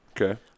Okay